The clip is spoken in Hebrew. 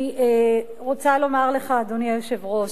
אני רוצה לומר לך, אדוני היושב-ראש,